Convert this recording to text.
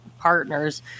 partners